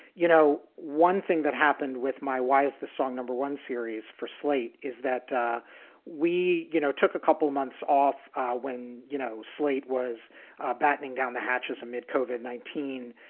you know, one thing that happened with my why is the song number one series for slate is that we, you know, took a couple months off when, you know, slate was battening down the hatches amid cauvin nineteen.